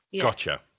gotcha